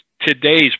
today's